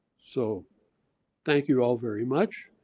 so thank you all very much.